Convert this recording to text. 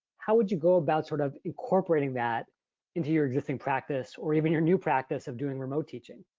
how would you go about sort of incorporating that into your existing practice, or even your new practice of doing remote teaching?